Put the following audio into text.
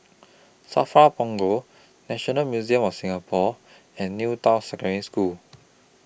SAFRA Punggol National Museum of Singapore and New Town Secondary School